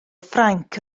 ffrainc